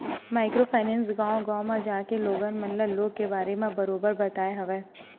micro finance गाँव गाँव म जाके लोगन मन ल लोन के बारे म बरोबर बताय हवय